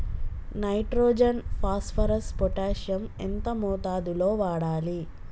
Nitrogen phosphorus potassium ఎంత మోతాదు లో వాడాలి?